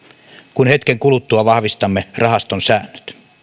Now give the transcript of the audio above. kun hetken kuluttua vahvistamme rahaston säännöt